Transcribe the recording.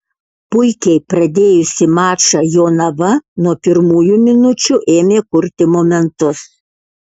puikiai pradėjusi mačą jonava nuo pirmųjų minučių ėmė kurti momentus